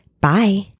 Bye